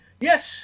Yes